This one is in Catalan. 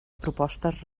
propostes